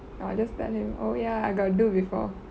oh just tell him oh ya I got do before